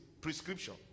prescription